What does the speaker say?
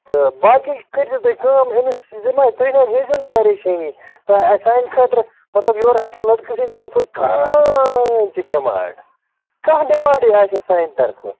تہٕ باقی کٔرۍزیو تُہۍ کٲم أمِس تُہۍ نہٕ حظ ہیزیو نہٕ پَریشٲنی تہٕ سانہِ خٲطرٕ مطلب یورٕ آسہِ نہٕ لٔڑکہٕ سٕنٛدۍ طرفہٕ کٕہۭنۍ تہِ ڈِمانٛڈ کانٛہہ ڈِمانٛڈٕے آسہِ نہٕ سانہِ طرفہٕ